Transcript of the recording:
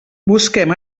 busquem